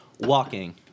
Walking